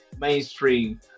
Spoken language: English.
mainstream